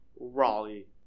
Raleigh